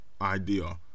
idea